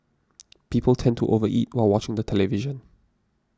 people tend to over eat while watching the television